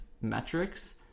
metrics